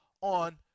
on